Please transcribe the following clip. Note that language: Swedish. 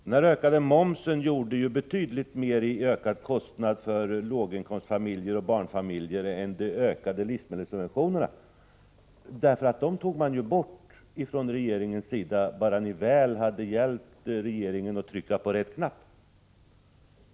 Denna höjning av momsen gjorde ju betydligt mer i ökad kostnad för familjer med låga inkomster och barnfamiljer än vad de ökade livsmedelssubventionerna hjälpte. Bara ni väl hade hjälpt regeringen genom att trycka på ”rätt” knapp tog man ju bort livsmedelssubventionerna.